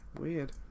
Weird